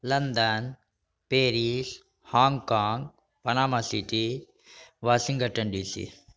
London Paris Hong Kong Panama City Washington D C